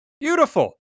Beautiful